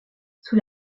sous